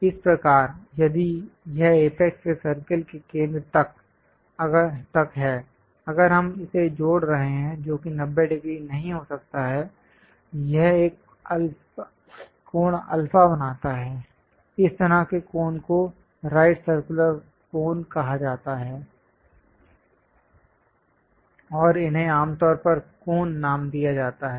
इस प्रकार यदि यह अपेक्स से सर्कल के केंद्र तक है अगर हम इसे जोड़ रहे हैं जो कि 90 डिग्री नहीं हो सकता है यह एक कोण अल्फा बनाता है इस तरह के कोन को राइट सर्कुलर कोन कहा जाता है और इन्हें आम तौर पर कोन नाम दिया जाता है